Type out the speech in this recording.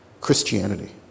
Christianity